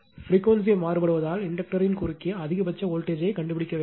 frequency மாறுபடுவதால் இண்டக்டர்யின் குறுக்கே அதிகபட்ச வோல்ட்டேஜ் ஐ கண்டுபிடிக்க வேண்டும்